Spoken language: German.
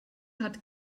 hat